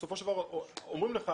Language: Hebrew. בסופו של דבר אומרים לך,